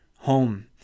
Home